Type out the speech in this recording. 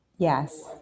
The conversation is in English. Yes